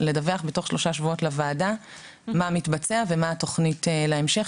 לדווח בתוך שלושה שבועות לוועדה מה מתבצע ומה התוכנית להמשך,